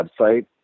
website